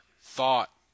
thought